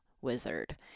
wizard